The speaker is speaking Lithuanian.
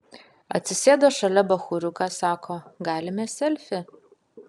atsisėdo šalia bachūriukas sako galime selfį